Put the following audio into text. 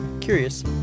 Curious